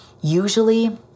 usually